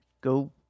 Go